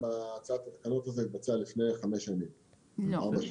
בהצעת התקנות הזה התבצע לפני חמש שנים, ארבע.